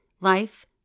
life